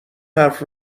حرف